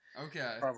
Okay